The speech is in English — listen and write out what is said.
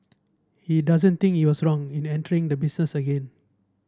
he doesn't think he was wrong in entering the business again